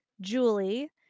Julie